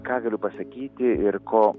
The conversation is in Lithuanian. ką galiu pasakyti ir ko